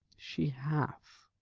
she hath,